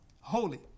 holy